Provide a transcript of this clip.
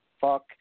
fuck